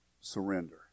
surrender